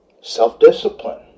Self-discipline